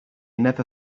never